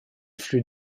flux